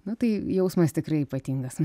na tai jausmas tikrai ypatingas